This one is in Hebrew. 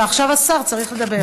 ועכשיו השר צריך לדבר.